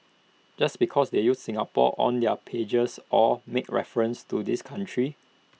just because they use Singapore on their pages or make references to this country